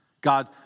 God